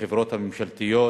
בחברות הממשלתיות,